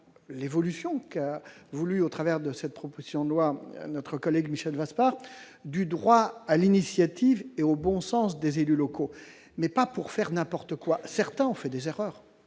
l'évolution proposée, au travers de cette proposition de loi, par notre collègue Michel Vaspart, du droit à l'initiative et au bon sens des élus locaux ; mais pas pour faire n'importe quoi ! Certains ont fait des erreurs-